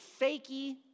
fakey